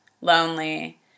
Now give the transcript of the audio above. lonely